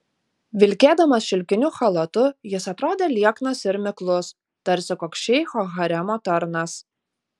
vilkėdamas šilkiniu chalatu jis atrodė lieknas ir miklus tarsi koks šeicho haremo tarnas